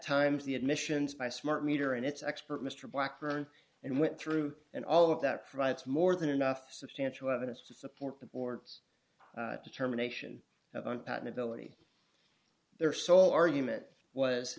times the admissions by smart meter and its expert mr blackburn and went through and all of that provides more than enough substantial evidence to support the board's determination of patentability their sole argument was